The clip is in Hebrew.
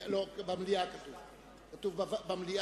לא, כתוב במליאה.